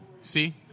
See